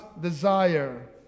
desire